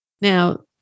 Now